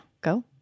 Go